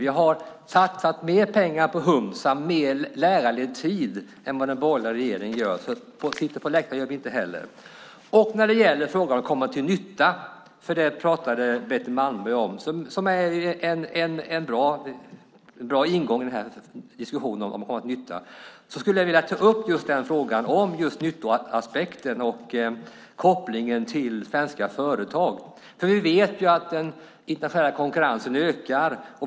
Vi har satsat mer pengar på humsamområdet och mer lärarledd tid än vad den borgerliga regeringen gör. Betty Malmberg talade om att forskningen ska komma till nytta. Det är en bra ingång i diskussionen om nytta. Jag skulle vilja ta upp frågan om nyttoaspekten och kopplingen till svenska företag. Vi vet att den internationella konkurrensen ökar.